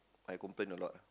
I complain a lot